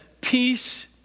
peace